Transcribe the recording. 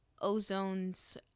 Ozone's